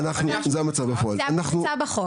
זו הפרצה בחוק.